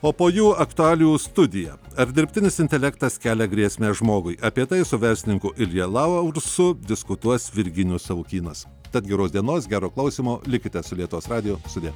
o po jų aktualijų studija ar dirbtinis intelektas kelia grėsmę žmogui apie tai su verslininku ilja laursu diskutuos virginijus savukynas tad geros dienos gero klausymo likite su lietuvos radiju sudie